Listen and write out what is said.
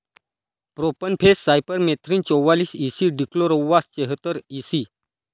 profenofos cypermethrin चौवालीस E C dichlorvos चेहतार EC